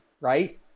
right